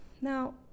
Now